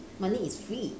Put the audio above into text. money is free